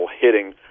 hitting